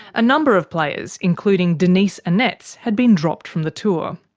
a number of players including denise annetts had been dropped from the tour.